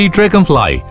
Dragonfly